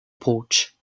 porch